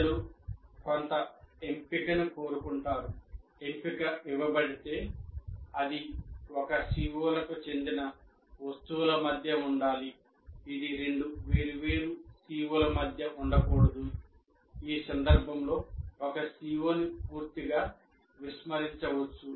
ప్రజలు కొంత ఎంపికను కోరుకుంటారు ఎంపిక ఇవ్వబడితే అది ఒకే CO లకు చెందిన వస్తువుల మధ్య ఉండాలి ఇది రెండు వేర్వేరు CO ల మధ్య ఉండకూడదు ఈ సందర్భంలో ఒక CO ని పూర్తిగా విస్మరించవచ్చు